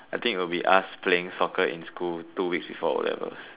I think it'll be us playing soccer in school two weeks before O-levels